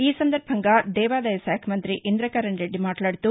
ఈ సందర్బంగా దేవాదాయ శాఖ మంత్రి ఇంద్రకరణ్ రెడ్డి మాట్లాడుతూ